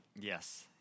Yes